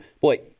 boy